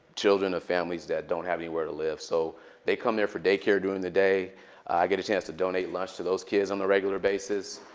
children of families that don't have anywhere to live. so they come there for daycare during the day. i get a chance to donate lunch to those kids on a regular basis.